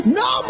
no